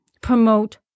promote